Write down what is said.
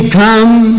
come